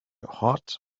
hot